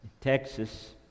Texas